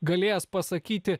galėjęs pasakyti